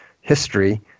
history